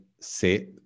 se